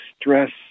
stress